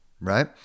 right